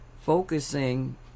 focusing